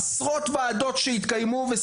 עשרות ועדות שהתקיימו עם